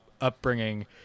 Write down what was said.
upbringing